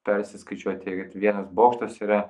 persiskaičiuoti kad vienas bokštas yra